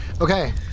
Okay